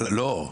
לא.